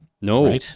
No